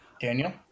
Daniel